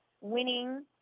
winning